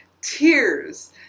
tears